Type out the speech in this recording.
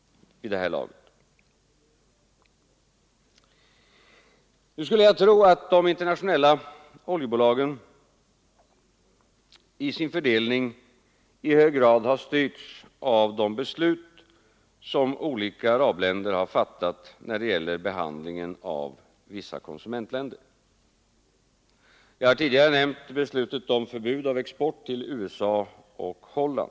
Nu skulle jag tro att de internationella oljebolagen i sin fördelning i hög grad har styrts av de beslut som olika arabländer har fattat när det gäller behandlingen av vissa konsumentländer. Jag har tidigare nämnt beslutet om förbud mot export till USA och Holland.